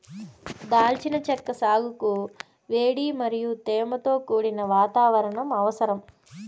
దాల్చిన చెక్క సాగుకు వేడి మరియు తేమతో కూడిన వాతావరణం అవసరం